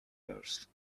first